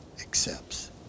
accepts